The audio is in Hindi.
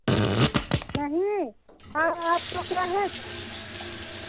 नहीं और आप को क्या है क्या